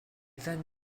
then